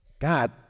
god